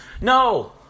No